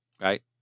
right